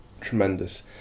tremendous